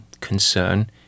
concern